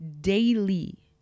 daily